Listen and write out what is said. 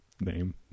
name